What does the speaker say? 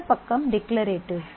இந்த பக்கம் டிக்லரேடிவ்